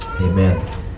Amen